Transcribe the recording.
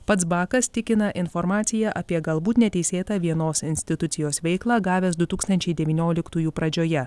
pats bakas tikina informaciją apie galbūt neteisėtą vienos institucijos veiklą gavęs du tūkstančiai devynioliktųjų pradžioje